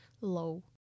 low